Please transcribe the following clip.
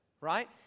right